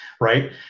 right